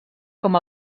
com